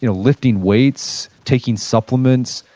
you know lifting weights, taking supplements,